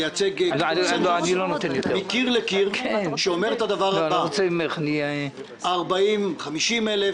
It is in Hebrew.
לייצג הסכמה מקיר אל קיר ולומר את הדבר הבא: 40,000 50,000